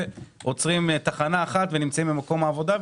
עולים תחנה אחת ונמצאים במקום העבודה,